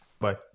Bye